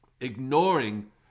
ignoring